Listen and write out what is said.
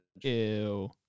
ew